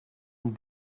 not